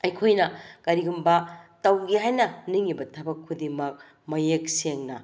ꯑꯩꯈꯣꯏꯅ ꯀꯔꯤꯒꯨꯝꯕ ꯇꯧꯒꯦ ꯍꯥꯏꯅ ꯅꯤꯡꯏꯕ ꯊꯕꯛ ꯈꯨꯗꯤꯡꯃꯛ ꯃꯌꯦꯛ ꯁꯦꯡꯅ